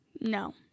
No